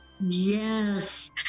Yes